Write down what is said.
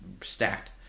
Stacked